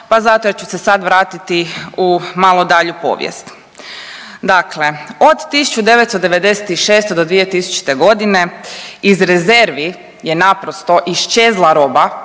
pa zato jer ću se sad vratiti u malo dalju povijest. Dakle od 1996. do 2000.g. iz rezervi je naprosto iščezla roba